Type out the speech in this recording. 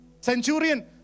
Centurion